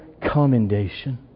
commendation